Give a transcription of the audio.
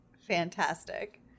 Fantastic